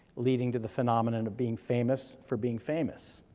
leading to the phenomenon of being famous for being famous.